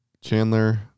Chandler